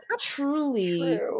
truly